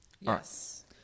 Yes